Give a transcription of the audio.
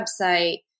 website